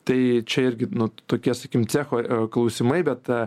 tai čia irgi nu tokie sakykim cecho klausimai bet